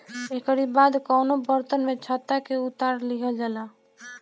एकरी बाद कवनो बर्तन में छत्ता के उतार लिहल जाला